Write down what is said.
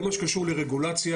כל מה שקשור לרגולציה,